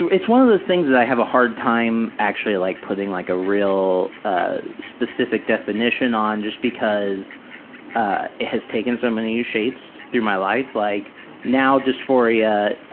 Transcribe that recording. it's one of those things that i have a hard time actually like putting like a real ah specific definition on, just because ah it has taken so many shapes through my life. like now dysphoria